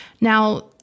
Now